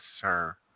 Sir